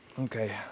Okay